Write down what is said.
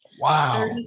Wow